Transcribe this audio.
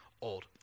old